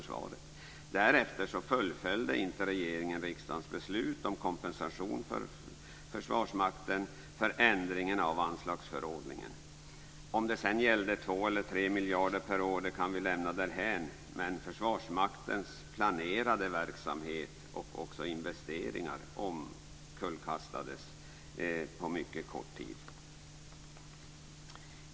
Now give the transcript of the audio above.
Därefter fullföljde inte regeringen riksdagens beslut om kompensation till Försvarsmakten för ändringen av anslagsförordningen. Om det sedan gällde 2 eller 3 miljarder kronor per år kan vi lämna därhän men Försvarsmaktens planerade verksamhet och investeringar omkullkastades på mycket kort tid.